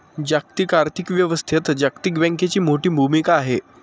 जागतिक आर्थिक व्यवस्थेत जागतिक बँकेची मोठी भूमिका आहे